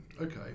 Okay